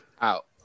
out